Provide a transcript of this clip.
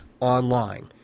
online